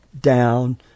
down